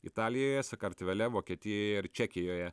italijoje sakartvele vokietijoje ir čekijoje